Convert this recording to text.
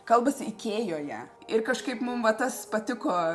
kalbasi ikėjoje ir kažkaip mum va tas patiko